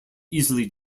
easily